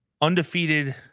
undefeated